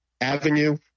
avenue